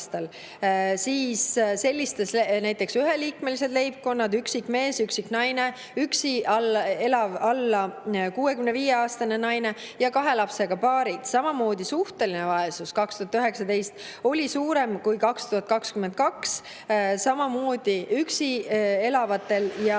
aastal, näiteks üheliikmelistel leibkondadel – üksik mees, üksik naine, üksi elav alla 65-aastane naine – ja kahe lapsega paaridel. Samuti oli suhteline vaesus 2019 suurem kui 2022, samamoodi üksi elavatel